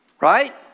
right